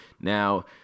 Now